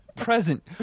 Present